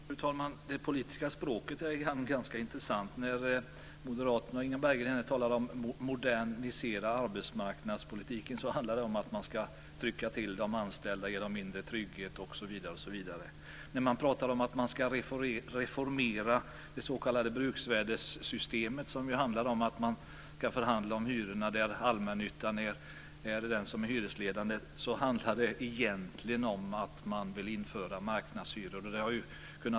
Fru talman! Det politiska språket är ganska intressant ibland. När Moderaterna och Inga Berggren här talar om att modernisera arbetsmarknadspolitiken handlar det om att man ska trycka till de anställda och ge dem mindre trygghet osv. När man pratar om att man ska reformera det s.k. bruksvärdessystemet, som handlar om att man ska förhandla om hyrorna där allmännyttan är den som är hyresledande, handlar det egentligen om att man vill införa marknadshyror.